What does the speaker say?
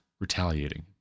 retaliating